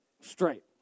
straight